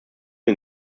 und